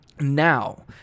Now